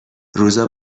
روزا